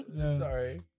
Sorry